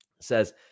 says